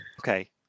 okay